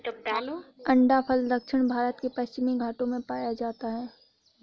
अंडाफल दक्षिण भारत के पश्चिमी घाटों में पाया जाता है